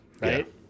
right